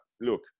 look